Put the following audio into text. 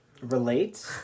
relate